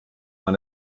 man